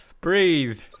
Breathe